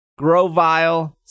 Grovile